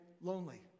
lonely